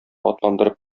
атландырып